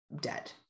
dead